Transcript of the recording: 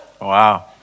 Wow